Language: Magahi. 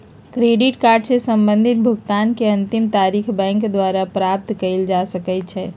क्रेडिट कार्ड से संबंधित भुगतान के अंतिम तारिख बैंक द्वारा प्राप्त कयल जा सकइ छइ